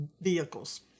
vehicles